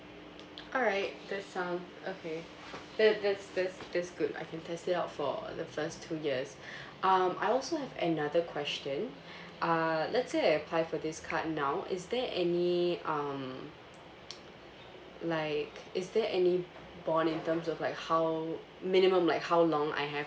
alright that sounds okay that's that's that's that's good I can test it out for the first two years um I also have another question uh let's say I apply for this card now is there any um like is there any bond in terms of like how minimum like how long I have